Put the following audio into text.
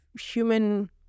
human